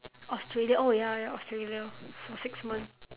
australia oh ya ya australia for six months